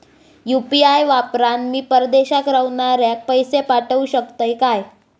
UPI वापरान मी परदेशाक रव्हनाऱ्याक पैशे पाठवु शकतय काय?